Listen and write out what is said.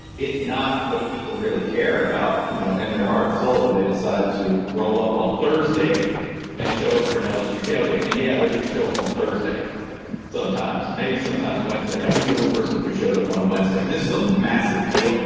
it's not what people really care about. you know in their heart and soul when they decide to roll up on thursday and show up for an lsu tailgate and yeah they're gonna show up on thursday sometimes maybe sometimes wednesday. i do know one person who showed up on a wednesday. this is a massive deal.